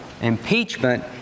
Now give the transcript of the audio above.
Impeachment